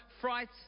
fright